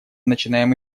начинаем